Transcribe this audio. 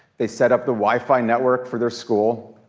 they set up the wifi network for their school.